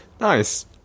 Nice